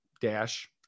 dash